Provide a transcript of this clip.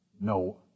No